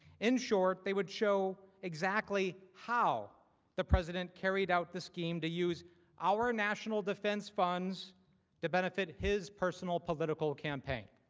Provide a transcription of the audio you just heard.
in short, it would show exactly how the president carried out the scheme to use our national defense funds to benefit his personal political campaign.